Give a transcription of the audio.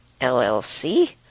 LLC